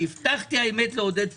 הבטחתי לעודד פורר,